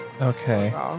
Okay